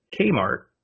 Kmart